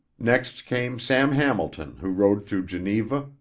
next came sam hamilton who rode through geneva,